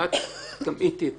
אתה תמעיט את עצמך.